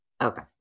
Okay